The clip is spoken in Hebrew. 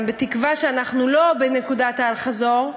בתקווה שאנחנו לא בנקודת האל-חזור,